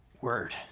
word